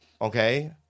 Okay